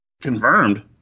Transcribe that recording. Confirmed